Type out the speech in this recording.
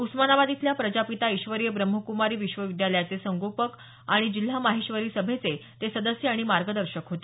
उस्मानाबाद इथल्या प्रजापिता ईश्वरीय ब्रह्मक्मारी विश्वविद्यालयाचे संगोपक आणि जिल्हा माहेश्वरी सभेचे ते सदस्य आणि मार्गदर्शक होते